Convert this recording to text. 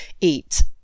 eat